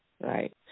Right